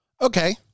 Okay